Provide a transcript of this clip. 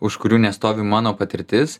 už kurių nestovi mano patirtis